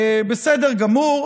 בסדר גמור.